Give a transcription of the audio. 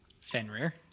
Fenrir